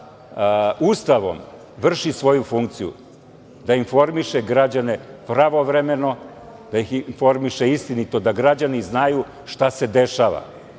sa Ustavom, vrši svoju funkciju, da informiše građane pravovremeno, da ih informiše istinito i da građani znaju šta se dešava.